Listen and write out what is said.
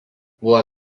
buvo